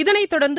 இதனைத்தொடர்ந்து